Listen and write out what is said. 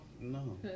No